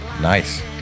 nice